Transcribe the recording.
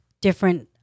different